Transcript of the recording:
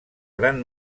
gran